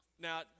Now